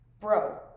Bro